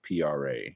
PRA